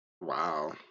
Wow